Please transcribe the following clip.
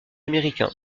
américain